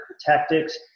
tactics